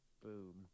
Boom